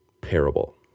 parable